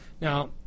Now